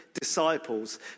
disciples